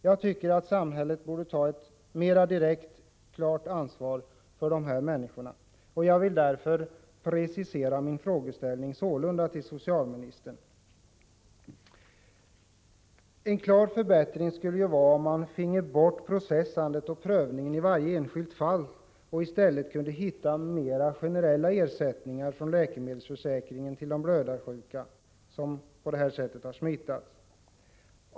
Jag tycker att samhället borde ta ett mera direkt ansvar för dessa människor, och jag vill därför precisera min frågeställning till socialministern sålunda: En klar förbättring skulle vara om man finge bort processandet och prövningen i varje enskilt fall och i stället kunde hitta mer generella former för ersättning från läkemedelsförsäkringen till de blödarsjuka som smittats av HTLV-III-virus.